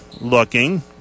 looking